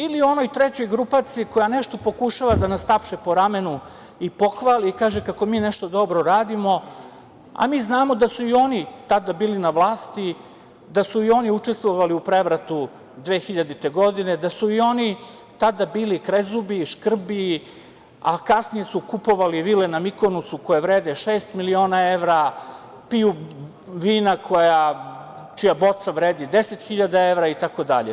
Ili onoj trećoj grupaciji koja nešto pokušava da nas tapše po ramenu i pohvali i kaže kako mi nešto dobro radimo, a mi znamo da su i oni tada bili na vlasti, da su i oni učestvovali u prevrati 2000. godine, da su i oni tada bili krezubi, škrbi, a kasnije su kupovali vile ne Mikonosu koje vrede šest miliona evra, piju vina čija boca vredi deset hiljade evra i tako dalje.